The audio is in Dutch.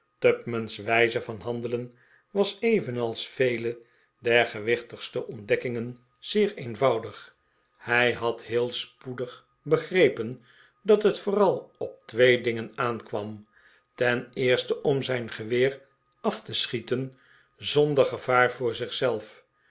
tupman's wijze van handelen was evenals vele der gewichtigste ontdekkingen zeer eenvoudig hij had heel spoedig begrepen dat het vooral op twee dingen aankwam ten eerste om zijn geweer af te schieten zonder gevaar voor